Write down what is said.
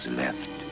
left